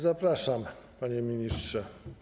Zapraszam, panie ministrze.